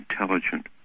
intelligent